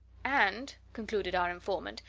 and, concluded our informant,